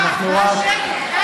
מבקשים שמית.